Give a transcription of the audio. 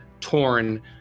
torn